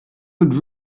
had